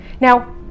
Now